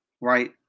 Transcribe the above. right